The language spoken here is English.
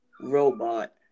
Robot